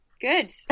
good